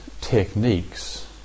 techniques